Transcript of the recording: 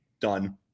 Done